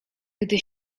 gdy